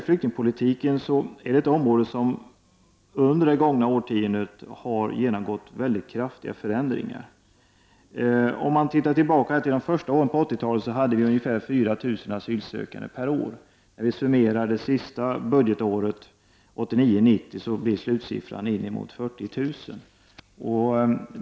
Flyktingpolitiken är ett område som under det gångna årtiondet genomgått mycket kraftiga förändringar. Under de första åren på 80-talet hade vi ungefär 4 000 asylsökande om året. Under budgetåret 1989/90 blir slutsiffran innemot 40 000.